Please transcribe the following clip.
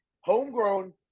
homegrown